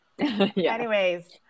Anyways-